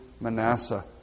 Manasseh